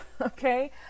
okay